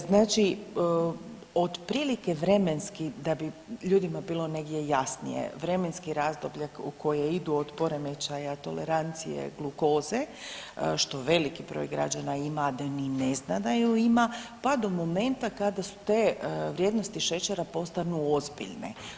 Znači otprilike vremenski da bi ljudima bilo negdje jasnije, vremenski razdoblje u koje idu od poremećaja tolerancije glukoze, što veliki broj građana ima, a da ni ne zna da ju ima, pa do momenta kada su te vrijednosti šećera postanu ozbiljne.